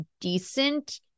decent